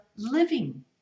Living